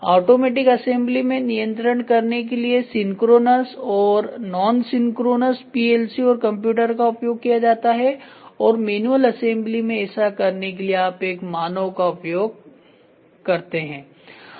automatic assembly में नियंत्रण करने के लिए सिंक्रोनस और नॉन सिंक्रोनस PLC और कंप्यूटर् का उपयोग किया जाता है और मैनुअल असेंबली में ऐसा करने के लिए आप एक मानव का उपयोग करते हैं